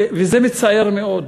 וזה מצער מאוד,